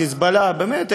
"חיזבאללה"; באמת,